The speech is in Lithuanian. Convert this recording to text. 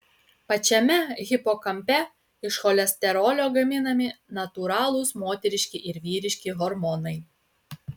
pačiame hipokampe iš cholesterolio gaminami natūralūs moteriški ir vyriški hormonai